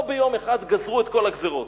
לא ביום אחד גזרו את כל הגזירות.